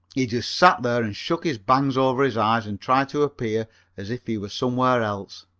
he just sat there and shook his bangs over his eyes and tried to appear as if he were somewhere else.